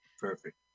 Perfect